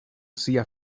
sia